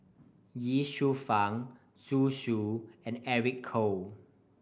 Ye Shufang Zhu Xu and Eric Khoo